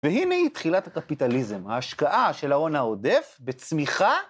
והנה היא, תחילת הקפיטליזם, ההשקעה של ההון העודף בצמיחה.